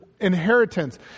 Inheritance